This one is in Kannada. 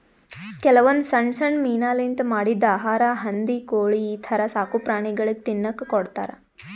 ಕೆಲವೊಂದ್ ಸಣ್ಣ್ ಸಣ್ಣ್ ಮೀನಾಲಿಂತ್ ಮಾಡಿದ್ದ್ ಆಹಾರಾ ಹಂದಿ ಕೋಳಿ ಈಥರ ಸಾಕುಪ್ರಾಣಿಗಳಿಗ್ ತಿನ್ನಕ್ಕ್ ಕೊಡ್ತಾರಾ